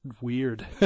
weird